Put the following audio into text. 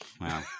wow